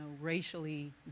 racially